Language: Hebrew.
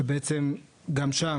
שבעצם שם,